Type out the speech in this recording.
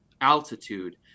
altitude